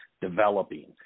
developing